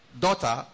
daughter